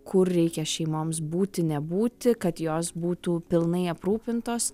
kur reikia šeimoms būti nebūti kad jos būtų pilnai aprūpintos